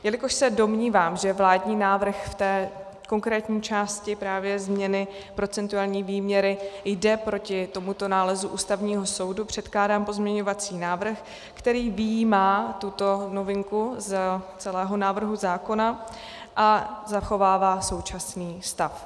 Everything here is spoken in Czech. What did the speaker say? Jelikož se domnívám, že vládní návrh v té konkrétní části právě změny procentuální výměry jde proti tomuto nálezu Ústavního soudu, předkládám pozměňovací návrh, který vyjímá tuto novinku z celého návrhu zákona a zachovává současný stav.